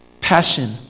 Passion